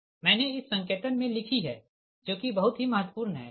मैंने इस संकेतन मे लिखी है जो कि बहुत ही महत्वपूर्ण है ठीक